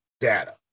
data